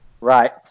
Right